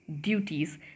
duties